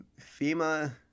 FEMA